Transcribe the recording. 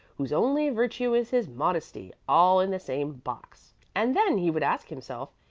whose only virtue is his modesty, all in the same box and then he would ask himself,